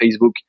Facebook